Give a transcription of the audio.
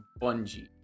Bungie